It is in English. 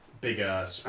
bigger